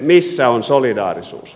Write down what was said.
missä on solidaarisuus